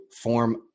form